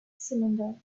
cylinder